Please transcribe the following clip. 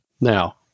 Now